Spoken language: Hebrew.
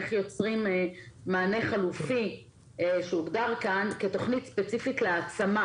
איך יוצאים מענה חלופי שהוגדר כאן כתוכנית ספציפית להעצמה